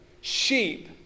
sheep